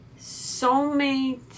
Soulmate